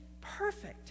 perfect